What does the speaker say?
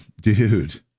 Dude